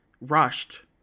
rushed